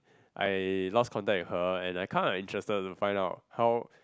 I lost contact with her and I kind of interested to find out how